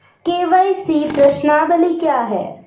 KYC प्रश्नावली क्या है?